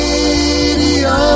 Radio